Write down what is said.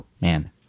man